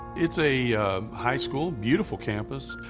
it's a high school, beautiful campus,